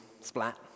splat